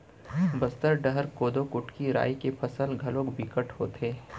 बस्तर डहर कोदो, कुटकी, राई के फसल घलोक बिकट होथे